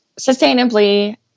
sustainably